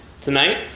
tonight